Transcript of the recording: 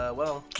ah well,